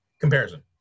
comparison